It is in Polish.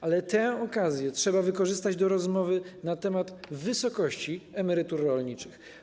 Ale tę okazję trzeba wykorzystać do rozmowy na temat wysokości emerytur rolniczych.